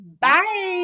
bye